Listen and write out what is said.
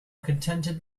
contented